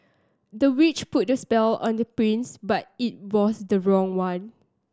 the witch put a spell on the prince but it was the wrong one